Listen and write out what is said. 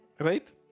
Right